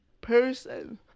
person